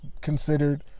considered